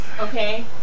Okay